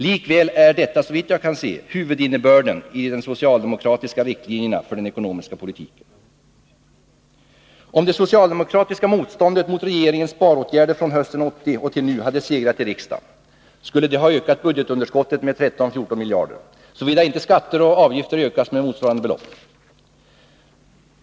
Likväl är detta såvitt jag kan se huvudinnebörden i socialdemokraternas riktlinjer för den ekonomiska politiken. Om det socialdemokratiska motståndet mot regeringens sparåtgärder från hösten 1980 och till nu hade segrat i riksdagen skulle det ha ökat budgetunderskottet med 13-14 miljarder, såvida inte skatter och avgifter ökats med motsvarande belopp.